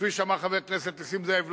כפי שאמר חבר הכנסת נסים זאב,